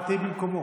את תהיי במקומו.